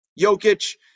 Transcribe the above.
Jokic